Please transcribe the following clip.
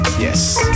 Yes